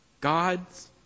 God's